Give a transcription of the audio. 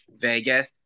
Vegas